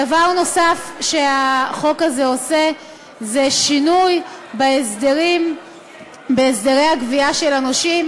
דבר נוסף שהחוק הזה עושה זה שינוי בהסדרי הגבייה של הנושים.